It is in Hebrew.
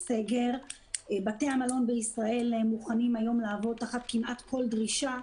בתי המלון בישראל מוכנים היום לעבור כמעט תחת כל דרישה,